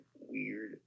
weird